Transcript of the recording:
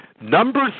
Number